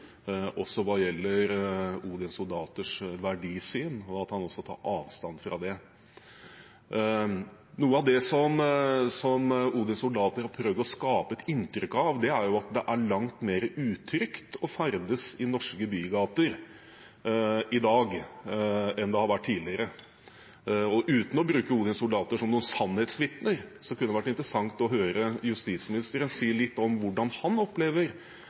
hva gjelder Odins soldaters verdisyn, og at han også tar avstand fra det. Noe av det som Odins soldater prøver å skape et inntrykk av, er at det er langt mer utrygt å ferdes i norske bygater i dag enn det har vært tidligere. Uten å bruke Odins soldater som sannhetsvitner kunne det vært interessant å høre justisministeren si litt om hvordan han opplever